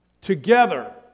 together